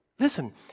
Listen